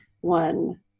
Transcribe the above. one